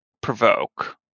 provoke